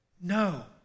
No